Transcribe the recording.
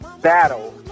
battle